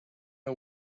are